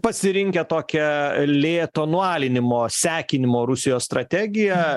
pasirinkę tokią lėto nualinimo sekinimo rusijos strategiją